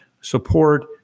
support